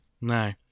No